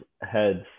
heads